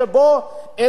אין להם כסף,